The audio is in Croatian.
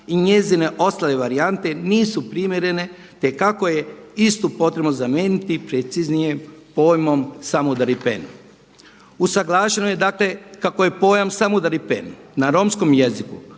i njezine ostale varijante nisu primjerene te kako je istu potrebno zamijeniti preciznije pojmom „samudaripen“. Usuglašeno je dakle kako je pojam „samudaripen“ na Romskom jeziku